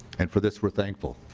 and for this we are thankful.